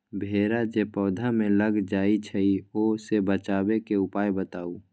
भेरा जे पौधा में लग जाइछई ओ से बचाबे के उपाय बताऊँ?